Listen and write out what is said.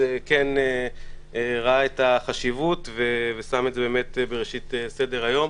כן ראה את החשיבות ושם את זה באמת בראשית סדר-היום.